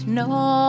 no